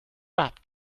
bat